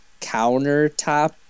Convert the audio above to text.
countertop